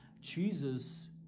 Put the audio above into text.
jesus